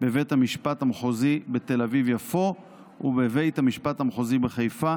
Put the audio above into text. בבית המשפט המחוזי בתל אביב-יפו ובבית המשפט המחוזי בחיפה,